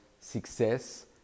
success